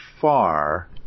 far